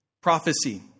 prophecy